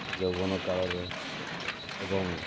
ଯୌବନ କାଳର ଏବଂ